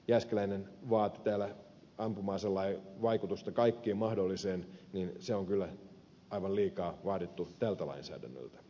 jääskeläinen vaati täällä ampuma aselain vaikutusta kaikkeen mahdolliseen se on kyllä aivan liikaa vaadittu tältä lainsäädännöltä